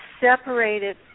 separated